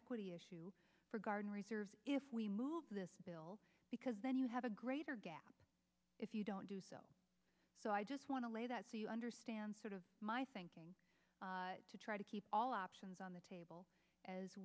equity issue for guard and reserve if we move this bill because then you have a greater gap if you don't do so so i just want to lay that so you understand sort of my thinking to try to keep all options on the table as